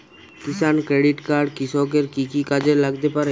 কিষান credit card কৃষকের কি কি কাজে লাগতে পারে?